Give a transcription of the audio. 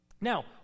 Now